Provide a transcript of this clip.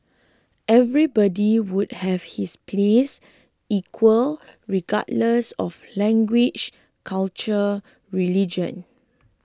everybody would have his place equal regardless of language culture religion